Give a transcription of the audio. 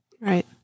Right